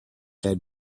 had